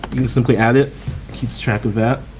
simply add it keeps track of that